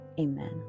amen